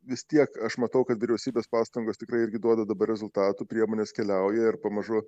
vis tiek aš matau kad vyriausybės pastangos tikrai irgi duoda dabar rezultatų priemonės keliauja ir pamažu